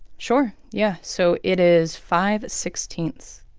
sure. yeah. so it is five sixteenths,